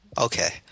Okay